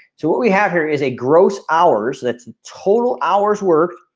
so what we have here is a gross hours that's total hours work.